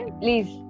please